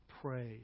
praise